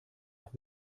auch